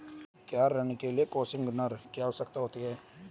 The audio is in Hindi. क्या ऋण के लिए कोसिग्नर की आवश्यकता होती है?